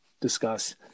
discuss